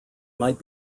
might